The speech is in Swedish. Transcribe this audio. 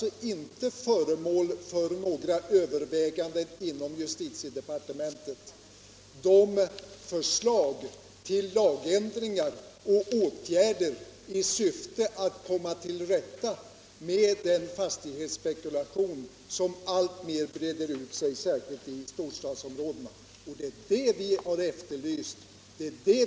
Förslag till lagändringar och åtgärder i syfte att komma till rätta med den fastighetsspekulation som alltmer breder ut sig, särskilt i storstadsområdena, är alltså inte föremål för överväganden inom justitiedepartementet. Det är det vi har efterlyst.